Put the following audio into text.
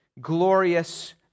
glorious